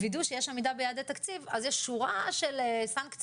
וידוא שיש עמידה ביעדי תקציב - אז יש שורה של סנקציות